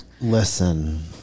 Listen